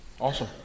Awesome